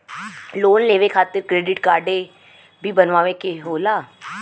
Loan लेवे खातिर credit काडे भी बनवावे के होला?